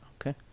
okay